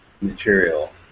material